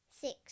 Six